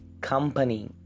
company